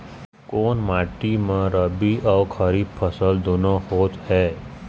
कोन माटी म रबी अऊ खरीफ फसल दूनों होत हे?